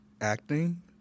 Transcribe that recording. acting